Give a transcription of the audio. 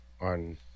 on